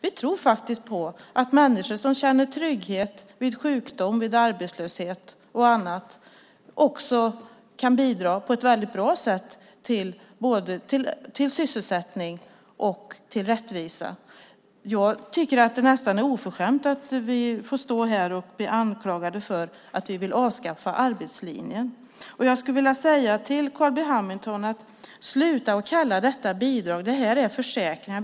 Vi tror faktiskt på att människor som känner trygghet vid sjukdom, vid arbetslöshet och annat också kan bidra på ett väldigt bra sätt både till sysselsättning och till rättvisa. Jag tycker att det är nästan oförskämt att vi får stå här och bli anklagade för att vi vill avskaffa arbetslinjen. Jag vill säga till Carl B Hamilton att han ska sluta att kalla detta för bidrag. Detta är försäkringar.